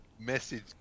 message